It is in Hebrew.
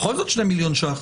בכל זאת שני מיליון ש"ח.